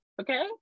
Okay